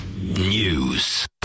News